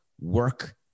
work